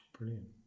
Brilliant